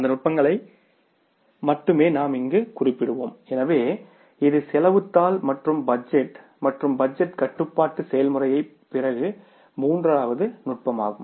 அந்த நுட்பங்களை மட்டுமே நாம் இங்கே குறிப்பிடுவோம் எனவே இது செலவுத் தாள் மற்றும் பட்ஜெட் மற்றும் பட்ஜெட் கட்டுப்பாட்டு செயல்முறையை பிறகு மூன்றாவது நுட்பமாகும்